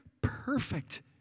perfect